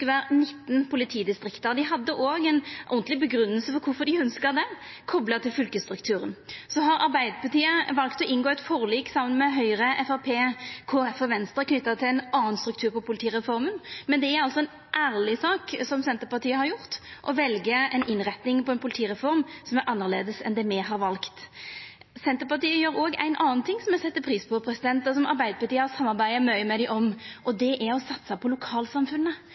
19 politidistrikt. Dei hadde òg ei ordentleg grunngjeving for kvifor dei ønskte det, kopla til fylkesstrukturen. Arbeidarpartiet valde å inngå eit forlik saman med Høgre, Framstegspartiet, Kristeleg Folkeparti og Venstre knytt til ein annan struktur for politireforma, men det er ei ærleg sak, som Senterpartiet har gjort, å velja ei innretning på politireforma som er annleis enn det me har valt. Senterpartiet gjer òg ein annen ting som eg set pris på, og som Arbeidarpartiet har samarbeidd mykje med dei om. Det er å satsa på